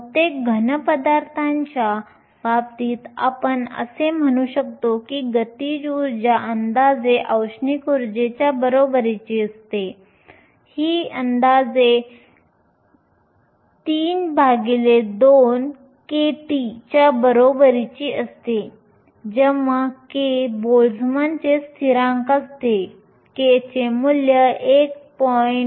बहुतेक घन पदार्थांच्या बाबतीत आम्ही असे म्हणू शकतो की गतीज ऊर्जा अंदाजे औष्णिक ऊर्जेच्या बरोबरीची असते ही अंदाजे 32 kT च्या बरोबरीची असते जेथे k बोल्टझमॅन स्थिरांक असते k चे मूल्य 1